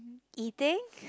eating